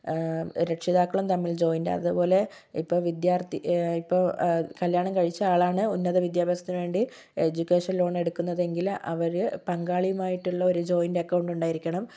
രക്ഷിതാക്കളും തമ്മിൽ ജോയിൻറ് അതുപോലെ ഇപ്പം വിദ്യാർത്ഥി ഇപ്പോൾ കല്യാണം കഴിച്ച ആളാണ് ഉന്നത വിദ്യാഭ്യാസത്തിന് വേണ്ടി എജുക്കേഷൻ ലോൺ എടുക്കുന്നതെങ്കിൽ അവര് പങ്കാളിയുമായിട്ടുള്ള ഒരു ജോയിൻറ് അക്കൗണ്ട് ഉണ്ടായിരിക്കണം